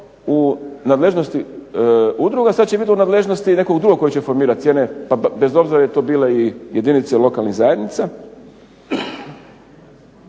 u nadležnosti udruga, sad će biti u nadležnosti nekog drugog koji će formirati cijene, pa bez obzira je li to bile i jedinice lokalnih zajednica.